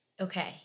Okay